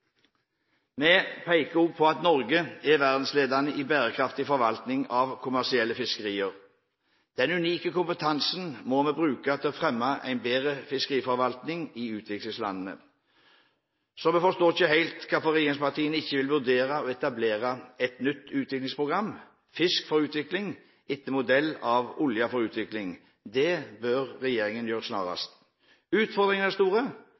Vi peker også på at Norge er verdensledende i bærekraftig forvaltning av kommersielle fiskerier. Den unike kompetansen må vi bruke til å fremme en bedre fiskeriforvaltning i utviklingslandene, så vi forstår ikke helt hvorfor regjeringspartiene ikke vil vurdere å etablere et nytt utviklingsprogram, «Fisk for utvikling», etter modell av «Olje for utvikling». Det bør regjeringen snarest gjøre. Utfordringene er store.